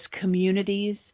communities